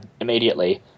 immediately